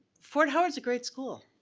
fort howard's a great school.